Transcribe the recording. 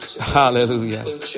Hallelujah